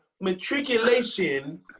matriculation